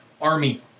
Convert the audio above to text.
Army